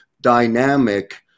dynamic